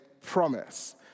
promise